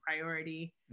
priority